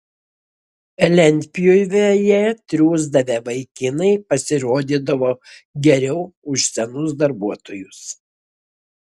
lentpjūvėje triūsdavę vaikinai pasirodydavo geriau už senus darbuotojus